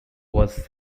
was